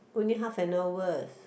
only half an hour